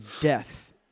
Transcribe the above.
death